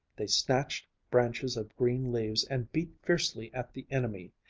they snatched branches of green leaves and beat fiercely at the enemy.